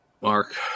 Mark